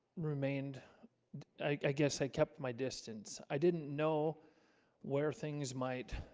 remained i guess i kept my distance i didn't know where things might?